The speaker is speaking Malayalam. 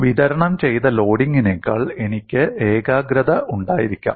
വിതരണം ചെയ്ത ലോഡിംഗിനേക്കാൾ എനിക്ക് ഏകാഗ്രത ഉണ്ടായിരിക്കാം